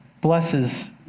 blesses